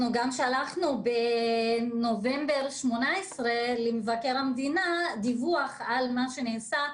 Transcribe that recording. אנחנו גם שלחנו למבקר המדינה בנובמבר 2018 דיווח על מה שנעשה,